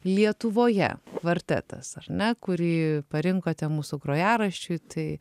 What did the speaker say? lietuvoje kvartetas ar ne kurį parinkote mūsų grojaraščiui tai